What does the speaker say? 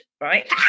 right